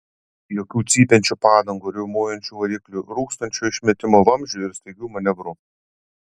jokių cypiančių padangų riaumojančių variklių rūkstančių išmetimo vamzdžių ar staigių manevrų